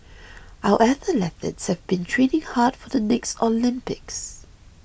our athletes have been training hard for the next Olympics